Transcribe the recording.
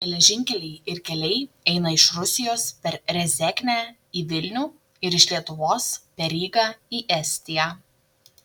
geležinkeliai ir keliai eina iš rusijos per rezeknę į vilnių ir iš lietuvos per rygą į estiją